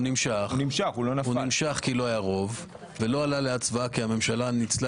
נמשך כי לא היה רוב ולא עלה להצבעה כי הממשלה מיצתה